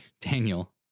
Daniel